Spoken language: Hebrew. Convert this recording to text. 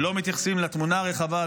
ולא מתייחסים לתמונה הרחבה,